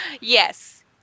Yes